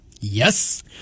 Yes